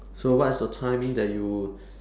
so what's the timing that you